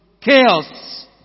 Chaos